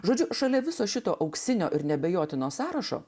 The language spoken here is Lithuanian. žodžiu šalia viso šito auksinio ir neabejotino sąrašo